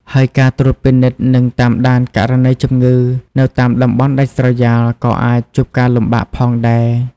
ហើយការត្រួតពិនិត្យនិងតាមដានករណីជំងឺ នៅតាមតំបន់ដាច់ស្រយាលក៏អាចជួបការលំបាកផងដែរ។